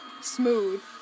Smooth